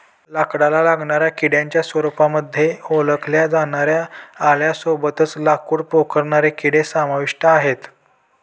लाकडाला लागणाऱ्या किड्यांच्या रूपामध्ये ओळखल्या जाणाऱ्या आळ्यां सोबतच लाकूड पोखरणारे किडे समाविष्ट आहे